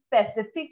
specific